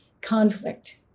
conflict